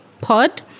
pod